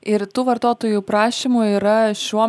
ir tų vartotojų prašymų yra šiuo